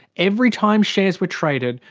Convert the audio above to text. every time shares were traded,